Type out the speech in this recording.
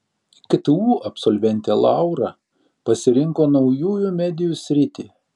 ktu absolventė laura pasirinko naujųjų medijų sritį